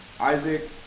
Isaac